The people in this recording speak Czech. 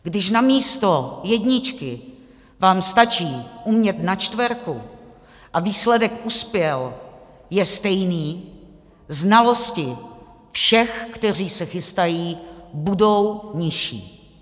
Když namísto jedničky vám stačí umět na čtverku a výsledek uspěl je stejný, znalosti všech, kteří se chystají, budou nižší.